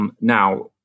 Now